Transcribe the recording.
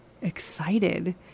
excited